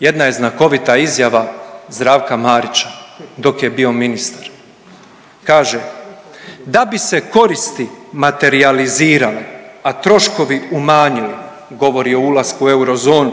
Jedna je znakovita izjava Zdravka Marića dok je bio ministar. Kaže, da bi se koristi materijalizirale, a troškovi umanjili, govori o ulasku u eurozonu,